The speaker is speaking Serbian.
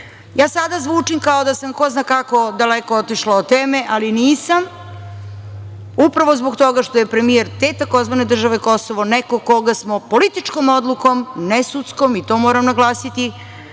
može. Sada zvučim kao da sam ko zna kako daleko otišla od teme, ali nisam, upravo zbog toga što je premijer te tzv. države Kosovo neko koga smo političkom odlukom ne sudskom, i to moram naglasiti,